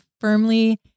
firmly